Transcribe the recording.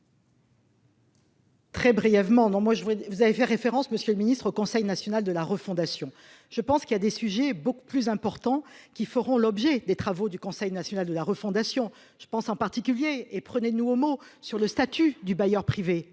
moi je voulais vous avez fait référence, Monsieur le Ministre, au Conseil national de la refondation, je pense qu'il y a des sujets beaucoup plus importants qui feront l'objet des travaux du Conseil national de la refondation, je pense en particulier et prenez nous homo sur le statut du bailleur privé,